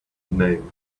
name